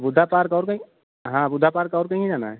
गुड्डा पार्क और कहीं हाँ गुड्डा पार्क और कहीं नहीं जाना है